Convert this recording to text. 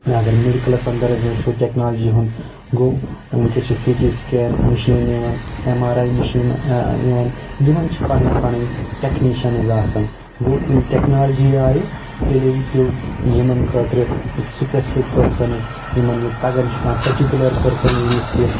اگر میڈکلس انٛدر أسۍ وٕچھو ٹٮ۪کنالجی ہُنٛد گوٚو وُنکیٚنس چھِ سی ٹی سکین مشیٖن یِوان اٮ۪م آر آٮٔۍ مشیٖن یِوان یِمن چھِ پنٕنۍ پنٕنۍ ٹٮ۪کنیٖشنٕز آسان گوٚو ییٚلہِ ٹٮ۪کنالجی آیہِ تیٚلے پٮ۪و یِمن خٲطرٕ سُپسفِک پٔرسنٕز یِمن تگان چھُ کانٛہہ پٔٹکیوٗلر پٔرسن ییٚمِس یہِ